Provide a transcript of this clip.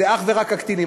זה אך ורק הקטינים.